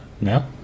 No